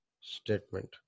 statement